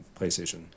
PlayStation